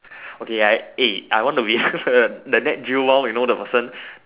okay I eh I want to be the the nat geo lor you know the person